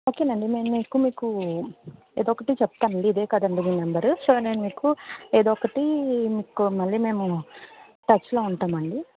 ఓకేనండి నేను మీకు మీకు ఏదోకటి చెప్తానండి ఇదే కదా అండి మీ నెంబరు సో నేను మీకు ఏదోకటి మీకు మళ్ళీ మీకు మేము టచ్లో ఉంటామండి